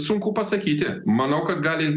sunku pasakyti manau kad gali